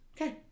Okay